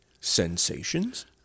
sensations